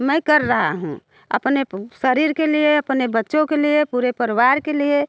मैं कर रही हूँ अपने शरीर के लिए अपने बच्चों के लिए पूरे परिवार के लिए